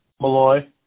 Malloy